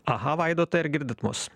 aha vaidotai ar girdit mus